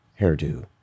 hairdo